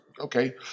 Okay